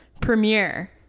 premiere